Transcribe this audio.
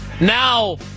Now